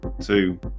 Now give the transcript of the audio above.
two